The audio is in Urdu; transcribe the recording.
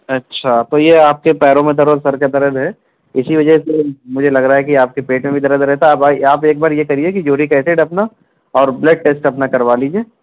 اچھا تو یہ آپ کے پیروں میں درد سر کے درد ہے اسی وجہ سے مجھے لگ رہا ہے کہ آپ کے پیٹ میں بھی درد رہتا ہے اب آئی آپ ایک بار یہ کرئیے کہ یورک ایسڈ اپنا اور بلڈ ٹیسٹ اپنا کروا لیجیے